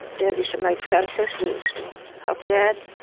dad used to make fences, we used to help dad,